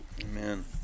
Amen